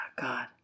God